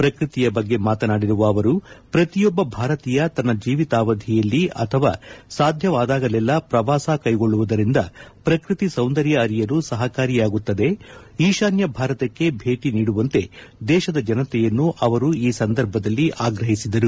ಪ್ರಕೃತಿಯ ಬಗ್ಗೆ ಮಾತನಾಡಿರುವ ಅವರು ಪ್ರತಿಯೊಬ್ಬ ಭಾರತೀಯ ತನ್ನ ಜೀವಿತಾವಧಿಯಲ್ಲಿ ಅಥವಾ ಸಾಧ್ಯವಾದಾಗಲೆಲ್ಲಾ ಪ್ರವಾಸ ಕೈಗೊಳ್ಳುವುದರಿಂದ ಪ್ರಕೃತಿ ಸೌಂದರ್ಯ ಅರಿಯಲು ಸಹಕಾರಿಯಾಗುತ್ತದೆ ಈಶಾನ್ಯ ಭಾರತಕ್ಕೆ ಭೇಟಿ ನೀಡುವಂತೆ ದೇಶದ ಜನತೆಯನ್ನು ಅವರು ಈ ಸಂದರ್ಭದಲ್ಲಿ ಆಗ್ರಹಿಸಿದರು